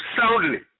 soundly